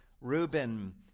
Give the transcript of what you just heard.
Reuben